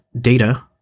data